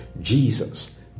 Jesus